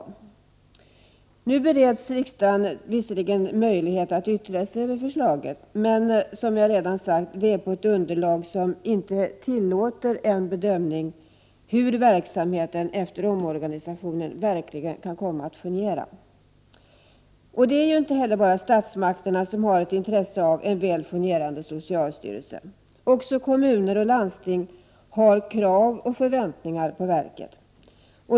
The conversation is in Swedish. Riksdagen bereds nu visserligen möjlighet att yttra sig över förslaget men, som jag redan sagt, på ett underlag som inte tillåter en bedömning av hur verksamheten efter omorganisationen kan komma att fungera. Det är ju heller inte bara statsmakterna som har ett intresse av en väl 83 fungerande socialstyrelse. Också kommuner och landsting har krav och förväntningar på verket.